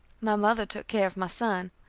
my mother took care of my son,